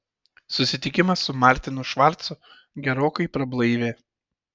susitikimas su martinu švarcu gerokai prablaivė